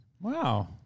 Wow